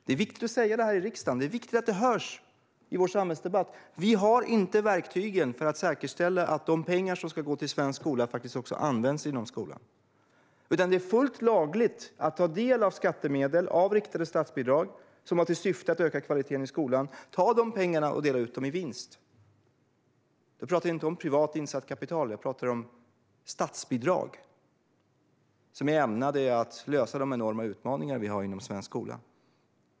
Det är viktigt att säga det här i riksdagen; det är viktigt att det hörs i vår samhällsdebatt: Vi har inte verktygen för att säkerställa att de pengar som ska gå till svensk skola faktiskt används inom skolan. Det är fullt lagligt att ta del av skattemedel, av riktade statsbidrag som har till syfte att öka kvaliteten i skolan, och ta de pengarna och dela ut dem i vinst. Jag talar inte om privat insatt kapital. Jag talar om statsbidrag som är ämnade att lösa de enorma utmaningar vi har inom svensk skola.